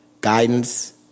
guidance